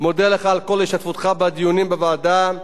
מודה לך על השתתפותך בדיונים בוועדה,